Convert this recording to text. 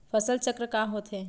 फसल चक्र का होथे?